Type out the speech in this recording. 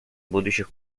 будущих